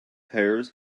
pears